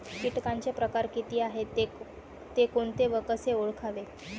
किटकांचे प्रकार किती आहेत, ते कोणते व कसे ओळखावे?